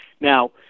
Now